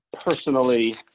personally